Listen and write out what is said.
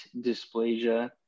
dysplasia